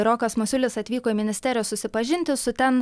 rokas masiulis atvyko į ministeriją susipažinti su ten